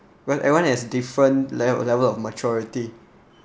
well everyone has different level level of maturity